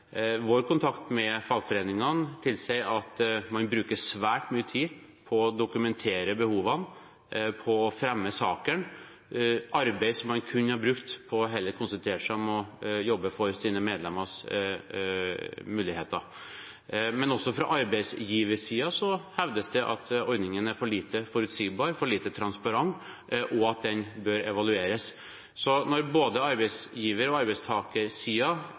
Vår kontakt med fagforeningene tilsier at man bruker svært mye tid på å dokumentere behovene, på å fremme saken – arbeid som man heller kunne brukt på å konsentrere seg om å jobbe for sine medlemmers muligheter. Men også fra arbeidsgiversiden hevdes det at ordningen er for lite forutsigbar, for lite transparent, og at den bør evalueres. Så når både arbeidsgiversiden og